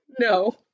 no